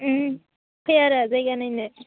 उम फै आरो जायगा नायनो